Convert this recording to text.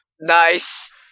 Nice